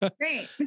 Great